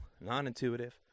non-intuitive